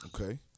Okay